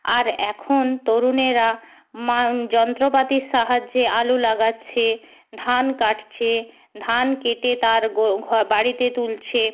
আর এখন তরুণেরা মা যন্ত্রপাতির সাহায্যে আলু লাগাচ্ছে ধান কাটছে ধান কেটে তার বাড়িতে তুলছে